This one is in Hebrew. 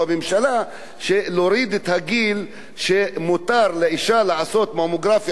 להוריד את הגיל שמותר לאשה לעשות ממוגרפיה על חשבון הקופה,